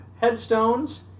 headstones